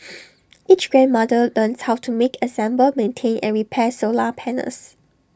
each grandmother learns how to make assemble maintain and repair solar panels